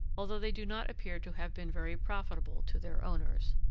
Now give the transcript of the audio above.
although they do not appear to have been very profitable to their owners.